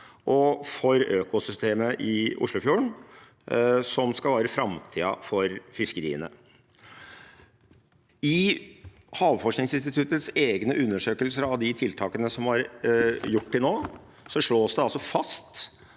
og for økosystemet i Oslofjorden, som skal være framtiden for fiskeriene? I Havforskningsinstituttets egne undersøkelser av de tiltakene som er gjort til nå, slås det fast